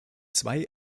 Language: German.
zwei